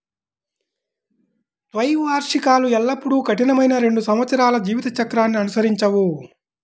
ద్వైవార్షికాలు ఎల్లప్పుడూ కఠినమైన రెండు సంవత్సరాల జీవిత చక్రాన్ని అనుసరించవు